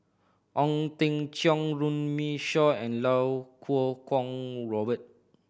Ong Teng Cheong Runme Shaw and Iau Kuo Kwong Robert